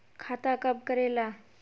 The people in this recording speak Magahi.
खाता कब करेला?